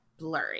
blurry